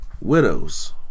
Widows